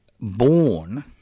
born